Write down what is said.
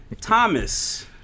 Thomas